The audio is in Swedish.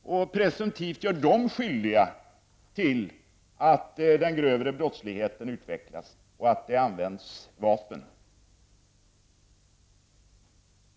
Därmed gör man dessa människor presumtivt skyldiga till att den grövre brottsligheten ökat och att det används vapen.